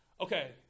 Okay